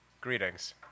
greetings